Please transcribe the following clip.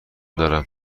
دارم